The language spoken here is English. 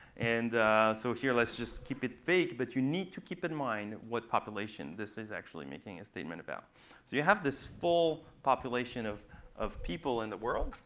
and so here let's just keep it vague, but you need to keep in mind what population this is actually making a statement about. so you have this full population of of people in the world.